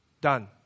done